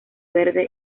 verde